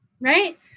right